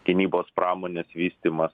gynybos pramonės vystymas